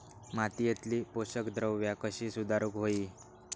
मातीयेतली पोषकद्रव्या कशी सुधारुक होई?